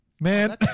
Man